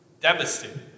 devastated